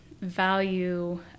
value